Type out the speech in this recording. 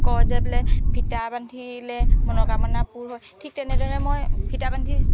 কয় যে বোলে ফিটা বান্ধিলে মনোকামনা পূৰ হয় ঠিক তেনেদৰে মই ফিটা বান্ধি